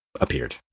appeared